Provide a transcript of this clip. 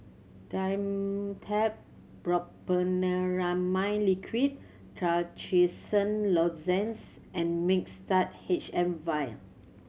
Dimetapp Brompheniramine Liquid Trachisan Lozenges and Mixtard H M Vial